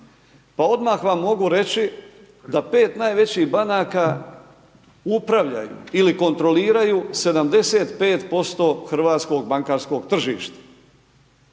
Pa odmah vam mogu reći da 5 najvećih banaka upravljaju ili kontroliraju 75% hrvatskog bankarskog tržišta.